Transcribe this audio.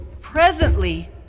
Presently